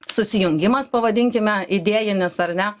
susijungimas pavadinkime idėjinis ar ne